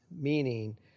meaning